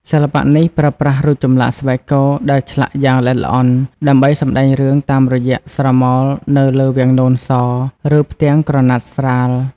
សិល្បៈនេះប្រើប្រាស់រូបចម្លាក់ស្បែកគោដែលឆ្លាក់យ៉ាងល្អិតល្អន់ ដើម្បីសម្ដែងរឿងតាមរយៈស្រមោលនៅលើវាំងននស ឬផ្ទាំងក្រណាត់ស្រាល។